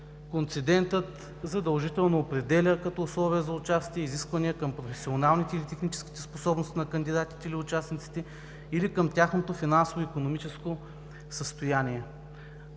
концедентът задължително определя като условие за участие изисквания към професионалните и техническите способности на кандидатите или участниците или към тяхното финансово-икономическо състояние.